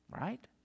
Right